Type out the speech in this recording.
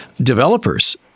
developers